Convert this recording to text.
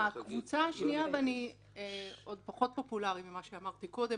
הקבוצה השנייה וזה עוד פחות פופולרי ממה שאמרתי קודם